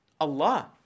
Allah